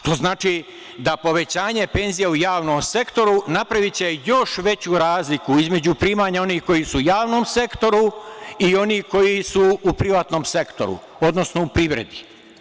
To znači da će povećanje penzija u javnom sektoru napraviće još veću razliku između primanja onih koji su u javnom sektoru i onih koji su u privatnom sektoru, odnosno u privredi.